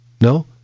No